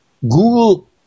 Google